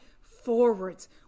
forwards